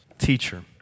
teacher